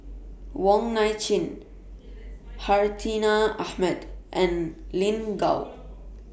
Wong Nai Chin Hartinah Ahmad and Lin Gao